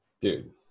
Dude